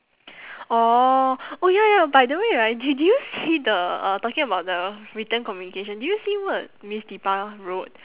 orh oh ya ya by the way right did did you see the uh talking about the written communication did you see what miss dipa wrote